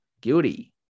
Guilty